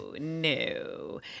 no